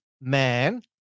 man